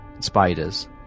spiders